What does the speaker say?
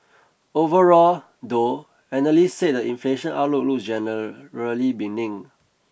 overall though analysts said the inflation outlook look generally benign